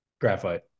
Graphite